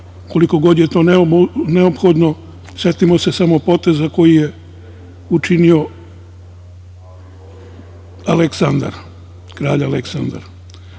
koliko god je to neophodno. Setimo se samo poteza, koji je učinio kralj Aleksandar.